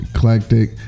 Eclectic